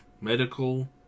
medical